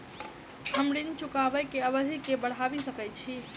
हम ऋण चुकाबै केँ अवधि केँ बढ़ाबी सकैत छी की?